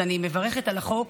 אני מברכת על החוק.